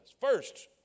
First